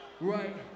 right